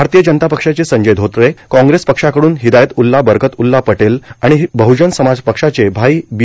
भारतीय जनता पक्षाचे संजय धोत्रे काँग्रेस पक्षाकडून हिदायतउल्ला बरकतउल्ला पटेल आणि बद्दजन समाज पक्षाचे भाई बी